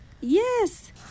yes